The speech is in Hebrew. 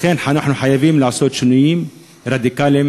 לכן אנחנו חייבים לעשות שינויים רדיקליים